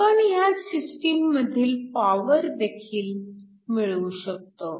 आपण ह्या सिस्टीम मधील पॉवरदेखील मिळवू शकतो